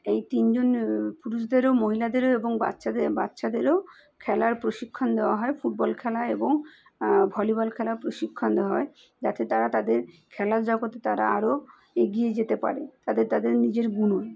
এই তিনজন পুরুষদেরও মহিলাদেরও এবং বাচ্চাদে বাচ্চাদেরও খেলার প্রশিক্ষণ দেওয়া হয় ফুটবল খেলা এবং ভলিবল খেলার প্রশিক্ষণ দেওয়া হয় যাতে তারা তাদের খেলার জগতে তারা আরও এগিয়ে যেতে পারে তাদের তাদের নিজের গুণে